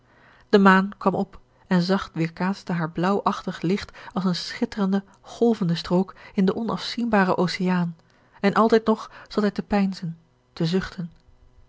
de maan kwam op en zacht weêrkaatste haar blaauwachtig licht als eene schitterende golvende strook in den onafzienbaren oceaan en altijd nog zat hij te peinzen te zuchten